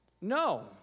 No